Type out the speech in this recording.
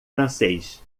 francês